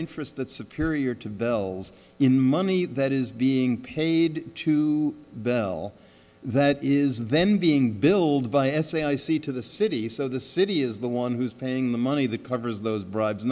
interest that's a period to bells in money that is being paid to bell that is then being billed by s a i c to the city so the city is the one who's paying the money the covers those bribes